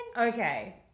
Okay